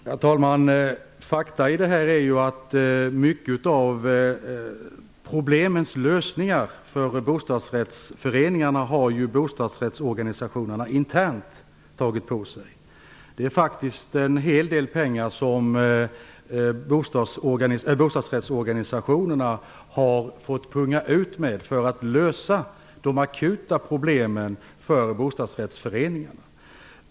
Herr talman! Faktum är att bostadsrättsorganisationerna internt har tagit på sig många av lösningarna på bostadsrättsföreningarnas problem. Bostadsrättsorganisationerna har faktiskt fått punga ut med en hel del pengar för att lösa de akuta problemen för bostadsrättsföreningarna.